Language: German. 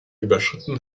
überschritten